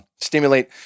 stimulate